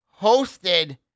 hosted